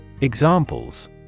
Examples